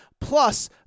Plus